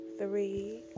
three